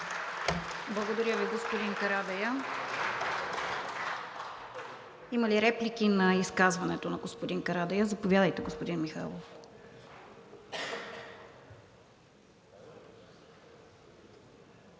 Благодаря Ви, господин Карадайъ. Има ли реплики на изказването на господин Карадайъ? Заповядайте, господин Михайлов.